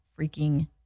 freaking